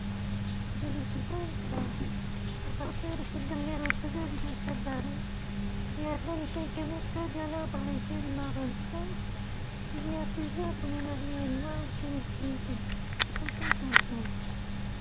je le suppose car à partir de cette dernière entrevue avec alfred varin et après les quelques mots très violents par lesquels il m'en rendit compte il n'y a plus eu entre mon mari et moi aucune intimité aucune confiance